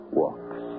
walks